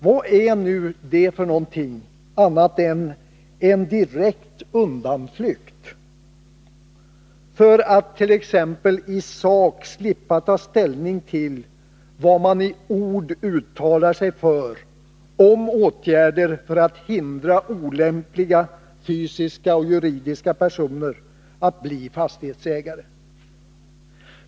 Vad är nu detta, annat än en direkt undanflykt, för att t.ex. i sak slippa ta ställning till vad man i ord uttalar sig föri fråga om åtgärder för att hindra olämpliga fysiska och juridiska personer att bli fastighetsägare?